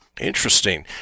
Interesting